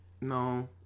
no